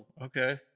Okay